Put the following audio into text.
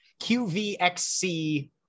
QVXC